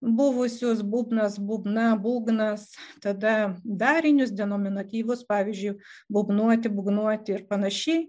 buvusius būbnas būbna būgnas tada darinius denominatyvus pavyzdžiu būbnuoti būgnuoti ir panašiai